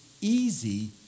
easy